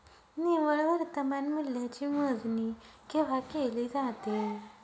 निव्वळ वर्तमान मूल्याची मोजणी केव्हा केली जाते?